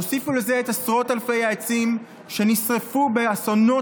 תוסיפו על זה את עשרות אלפי העצים שנשרפו באסונות